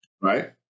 Right